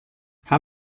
how